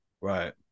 Right